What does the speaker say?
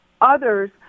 others